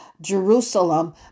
Jerusalem